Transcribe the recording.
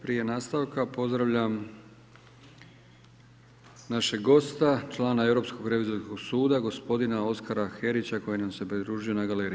Prije nastavka pozdravljam našeg gosta člana Europskog revizorskog suda gospodina Oskara Herića koji nam se pridružio na galeriji.